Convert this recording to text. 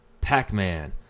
Pac-Man